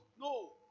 No